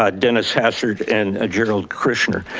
ah dennis hassert, and gerald krishner.